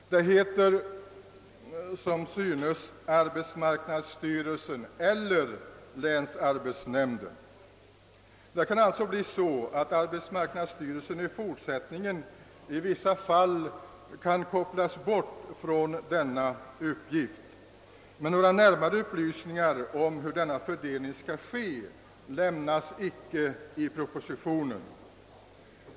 Det heter som synes arbetsmarknadsstyrelsen eller länsarbetsnämnden. Det kan alltså bli så att arbetsmarknadsstyrelsen i fortsättningen i vissa fall helt kan kopplas bort från denna uppgift. Men några närmare upplysningar om hur denna fördelning skall ske lämnas icke i propositionen.